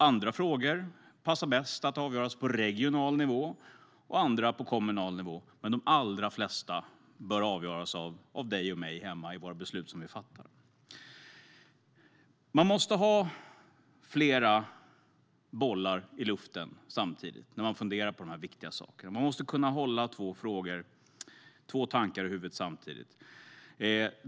En del frågor passar bäst att avgöras på regional nivå, andra på kommunal nivå. Men de allra flesta frågor bör avgöras av dig och mig hemma genom de beslut som vi fattar själva. Man måste ha flera bollar i luften samtidigt när man funderar på de här viktiga sakerna. Man måste kunna hålla två tankar i huvudet samtidigt.